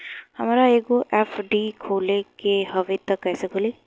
हमरा एगो एफ.डी खोले के हवे त कैसे खुली?